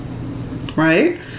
right